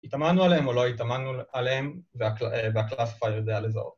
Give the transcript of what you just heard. ‫התאמנו עליהם או לא התאמנו עליהם, ‫והקלאספיי יודע לזהות.